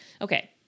Okay